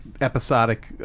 episodic